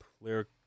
lyric